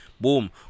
boom